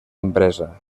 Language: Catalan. empresa